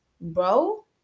bro